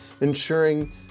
ensuring